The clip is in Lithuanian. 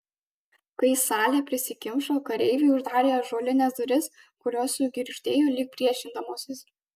kai salė prisikimšo kareiviai uždarė ąžuolines duris kurios sugirgždėjo lyg priešindamosis